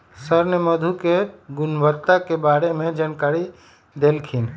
sir ने मधु के गुणवत्ता के बारे में जानकारी देल खिन